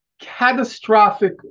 catastrophic